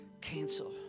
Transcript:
cancel